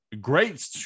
Great